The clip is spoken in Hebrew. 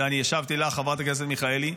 בזה אני השבתי לך, חברת הכנסת מיכאלי.